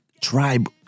tribe